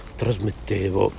trasmettevo